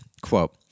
Quote